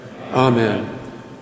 Amen